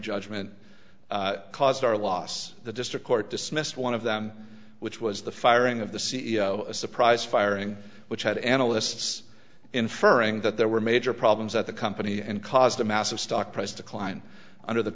judgment caused our loss the district court dismissed one of them which was the firing of the c e o a surprise firing which had analysts inferring that there were major problems at the company and caused a massive stock price decline under the